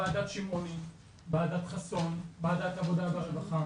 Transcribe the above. ועדת שמעוני, ועדת חסון, ועדת העבודה והרווחה,